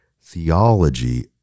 theology